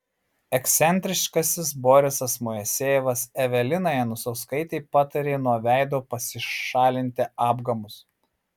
ekscentriškasis borisas moisejevas evelinai anusauskaitei patarė nuo veido pasišalinti apgamus